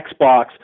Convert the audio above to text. Xbox